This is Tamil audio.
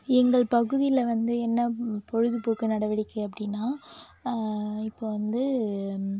எங்கள் பகுதியில் வந்து என்ன பொழுதுபோக்கு நடவடிக்கை அப்படின்னா இப்போ வந்து